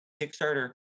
Kickstarter